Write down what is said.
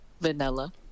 vanilla